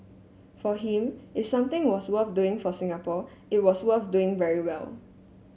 for him if something was worth doing for Singapore it was worth doing very well